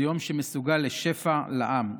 זה יום שמסוגל לשפע לעם.